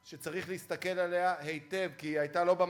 שצריך להסתכל עליה היטב כי היא הייתה לא במקום.